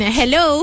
hello